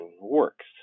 works